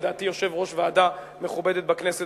לדעתי יושב-ראש ועדה מכובדת בכנסת,